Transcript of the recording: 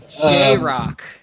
j-rock